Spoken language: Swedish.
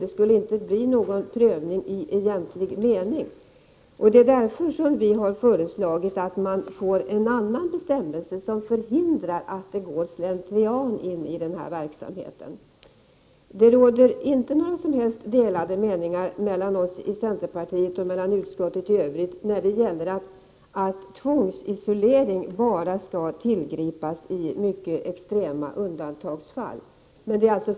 Det skulle inte bli någon prövning i egentlig mening. Därför har vi föreslagit en bestämmelse som förhindrar slentrian i denna verksamhet. Det råder inte några som helst delade meningar mellan oss i centerpartiet och utskottet i övrigt om att tvångsisolering skall tillgripas i bara extrema undantagsfall.